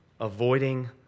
avoiding